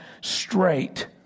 straight